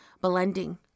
blending